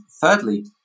thirdly